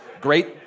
great